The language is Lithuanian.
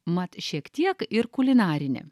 mat šiek tiek ir kulinarinė